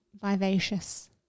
vivacious